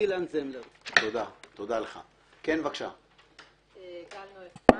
אני גל נוי אפרת,